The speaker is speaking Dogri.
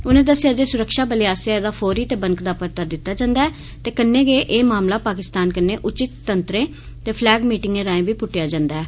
उनें दस्सेआ जे सुरक्षाबलें आस्सेआ एह्दा फौरी ते बनकदा परता दित्ता जंदा ऐ ते कन्नै गै एह् मामले पाकिस्तान कन्नै उवित तंत्रें ते फलैग मीटिंगें राएं बी पुद्टे जंदे न